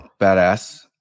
badass